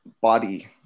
body